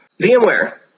VMware